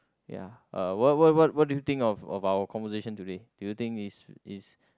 ya uh what what what what do you think of of our the conversation today do you think is is